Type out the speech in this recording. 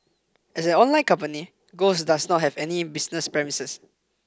as an online company Ghost does not have any business premises